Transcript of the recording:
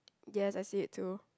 yes I see it too